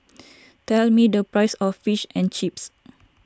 tell me the price of Fish and Chips